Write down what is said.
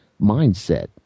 mindset